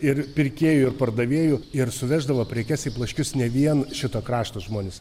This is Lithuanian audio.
ir pirkėjų ir pardavėjų ir suveždavo prekes į plaškius ne vien šito krašto žmonės